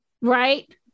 Right